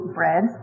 bread